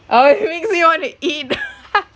oh it make me want to eat